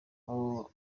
abo